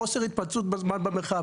חוסר התמצאות במרחב,